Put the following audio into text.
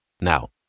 Now